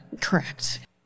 Correct